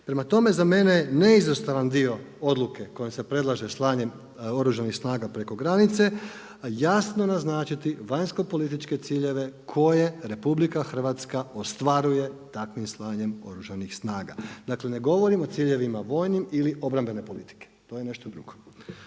Prema tome za mene neizostavan dio odluke kojom se predlaže slanje Oružanih snaga preko granice, jasno naznačiti vanjskopolitičke ciljeve koje RH ostvaruje takvim slanjem Oružanih snaga. Dakle ne govorim o ciljevima vojnim ili obrambene politike, to je nešto drugo.